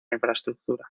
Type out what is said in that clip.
infraestructura